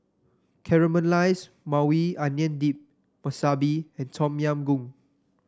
Caramelized Maui Onion Dip Wasabi and Tom Yam Goong